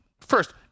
first